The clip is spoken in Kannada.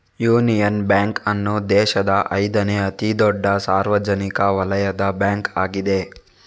ಯೂನಿಯನ್ ಬ್ಯಾಂಕ್ ಅನ್ನು ದೇಶದ ಐದನೇ ಅತಿ ದೊಡ್ಡ ಸಾರ್ವಜನಿಕ ವಲಯದ ಬ್ಯಾಂಕ್ ಆಗಿದೆ